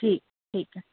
ਠੀਕ ਠੀਕ ਹੈ